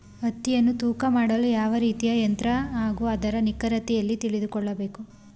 ಹತ್ತಿಯನ್ನು ತೂಕ ಮಾಡಲು ಯಾವ ರೀತಿಯ ಯಂತ್ರ ಹಾಗೂ ಅದರ ನಿಖರತೆ ಎಲ್ಲಿ ತಿಳಿದುಕೊಳ್ಳಬೇಕು?